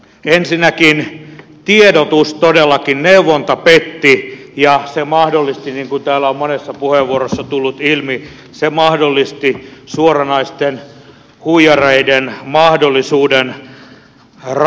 ensinnäkin tiedotus neuvonta todellakin petti ja se mahdollisti niin kuin täällä on monessa puheenvuorossa tullut ilmi suoranaisten huijareiden mahdollisuuden rahastaa